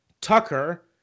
Tucker